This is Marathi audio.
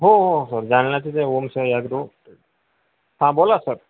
हो हो सर जालन्याचे ते ओम साई ॲग्रो हां बोला सर